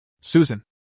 Susan